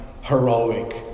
heroic